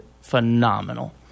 phenomenal